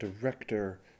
director